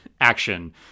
action